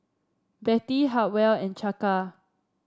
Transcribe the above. Bettie Hartwell and Chaka